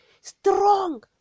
Strong